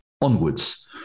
onwards